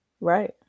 Right